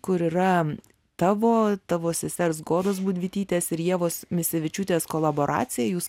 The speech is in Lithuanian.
kur yra tavo tavo sesers godos budvytytės ir ievos misevičiūtės kolaboracija jūs